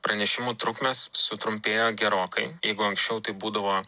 pranešimų trukmės sutrumpėjo gerokai jeigu anksčiau tai būdavo